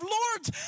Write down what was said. lords